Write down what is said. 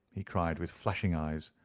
he cried, with flashing eyes,